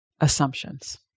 assumptions